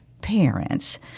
parents